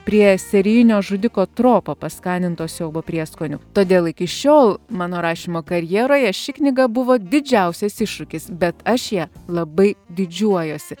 prie serijinio žudiko tropa paskaninto siaubo prieskoniu todėl iki šiol mano rašymo karjeroje ši knyga buvo didžiausias iššūkis bet aš ja labai didžiuojuosi